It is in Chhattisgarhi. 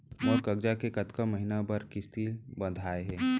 मोर करजा के कतका महीना बर किस्ती बंधाये हे?